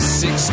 six